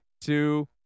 two